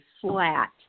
flat